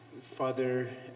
Father